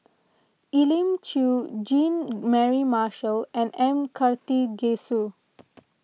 Elim Chew Jean Mary Marshall and M Karthigesu